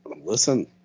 Listen